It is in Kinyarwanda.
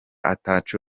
ataco